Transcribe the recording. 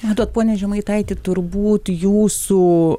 matot pone žemaitaiti turbūt jūsų